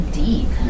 deep